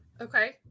Okay